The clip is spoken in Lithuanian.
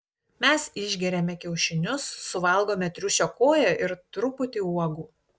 mes išgeriame kiaušinius suvalgome triušio koją ir truputį uogų